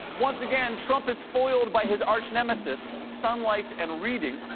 once again, trump is foiled by his archnemeses sunlight and reading.